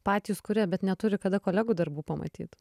patys kuria bet neturi kada kolegų darbų pamatyt